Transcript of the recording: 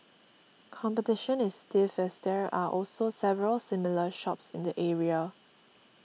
competition is stiff as there are also several similar shops in the area